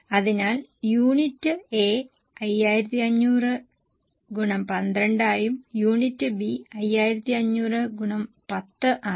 അതിനാൽ unit A 5500 X 12 ആയും unit B 5500 X 10 ആയും